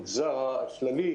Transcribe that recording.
מוסדות פרטיים,